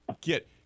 get